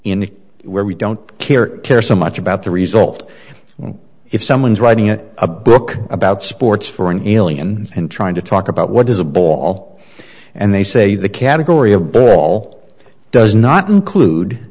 a where we don't care care so much about the result if someone's writing a book about sports for an alien and trying to talk about what is a ball and they say the category of bird all does not include